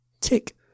Tick